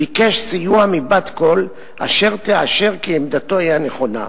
ביקש סיוע מבת-קול אשר תאשר כי עמדתו היא הנכונה.